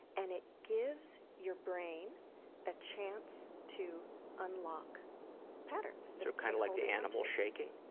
and it gives your brain a chance to unlock patterns. so kind of like the animal shaking?